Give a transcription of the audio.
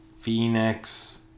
Phoenix